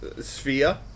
sphere